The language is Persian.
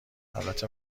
البته